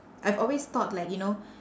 I've always thought like you know